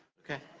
okay.